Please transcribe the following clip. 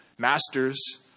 Masters